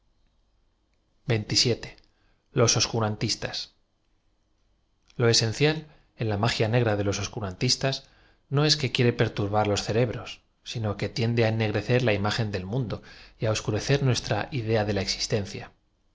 oscurantistas l o esencial en la m agia negra de los oscurantis tas no es que quiere perturbar los cerebros sino que tiende á ennegrecer la imagen del mundo y á oscure cer nuestra idea de la existencia